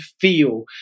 feel